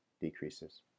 decreases